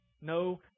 no